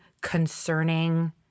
concerning